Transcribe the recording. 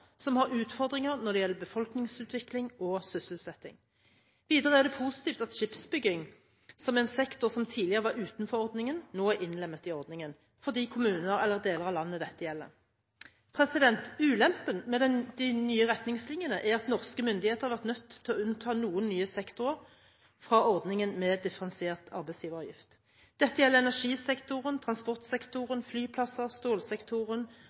som har utfordringer når det gjelder befolkningsutvikling og sysselsetting. Videre er det positivt at skipsbygging, som er en sektor som tidligere var utenfor ordningen, nå er innlemmet i ordningen for de kommuner eller deler av landet dette gjelder. Ulempen med de nye retningslinjene er at norske myndigheter har vært nødt til å unnta noen nye sektorer fra ordningen med differensiert arbeidsgiveravgift. Dette gjelder energisektoren, transportsektoren, flyplasser, stålsektoren,